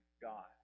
God